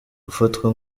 ufatwa